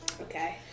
okay